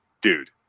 dude